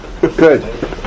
good